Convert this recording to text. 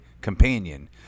companion